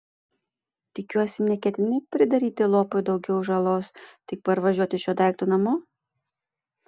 tikiuosi neketini pridaryti lopui daugiau žalos tik parvažiuoti šiuo daiktu namo